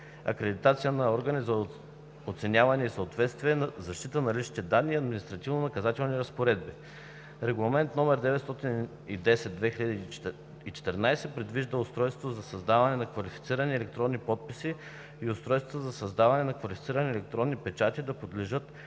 акредитация на органи за оценяване на съответствието, защита на личните данни и административно-наказателни разпоредби. Регламент (ЕС) № 910/2014 предвижда устройствата за създаване на квалифицирани електронни подписи и устройствата за създаване на квалифицирани електронни печати да подлежат